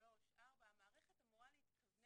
שלוש, ארבע, המערכת אמורה להתכונן